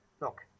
Look